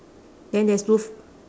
then there's both